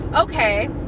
okay